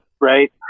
right